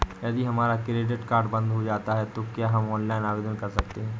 यदि हमारा credit card बंद हो जाता है तो क्या हम ऑनलाइन आवेदन कर सकते हैं?